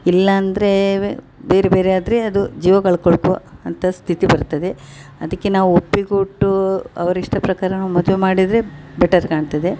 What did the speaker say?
ಇಲ್ಲಾಂದ್ರೇ ವೆ ಬೇರೆ ಬೇರೆ ಆದರೆ ಅದು ಜೀವ ಕಳ್ಕೊಳ್ಕು ಅಂತ ಸ್ಥಿತಿ ಬರ್ತದೆ ಅದಕ್ಕೆ ನಾವು ಒಪ್ಪಿಗೆ ಕೊಟ್ಟು ಅವರ ಇಷ್ಟ ಪ್ರಕಾರ ನಾವು ಮದ್ವೆ ಮಾಡಿದರೆ ಬೆಟರ್ ಕಾಣ್ತದೆ